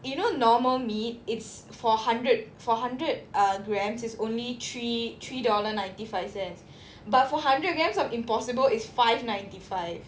you know normal meat it's for hundred for hundred uh grams it's only three three dollar ninety five cents but for hundred grams of impossible it's five ninety five